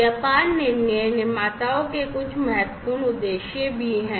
व्यापार निर्णय निर्माताओं के कुछ महत्वपूर्ण उद्देश्य भी हैं